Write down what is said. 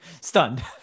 stunned